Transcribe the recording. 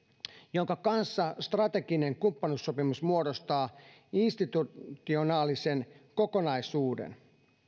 jonka kanssa strateginen kumppanuussopimus muodostaa institutionaalisen kokonaisuuden